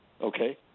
okay